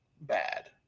bad